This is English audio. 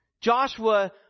Joshua